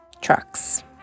trucks